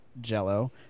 Jello